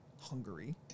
Hungary